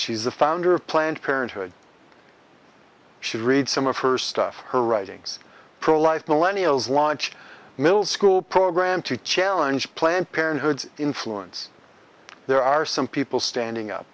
she's the founder of planned parenthood should read some of her stuff her writings pro life millennial is launch middle school program to challenge planned parenthood influence there are some people standing up